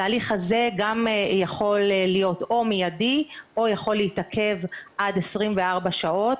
התהליך הזה גם יכול להיות או מיידי או יכול להתעכב עד 24 שעות,